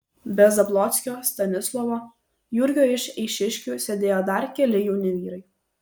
be zablockio stanislovo jurgio iš eišiškių sėdėjo dar keli jauni vyrai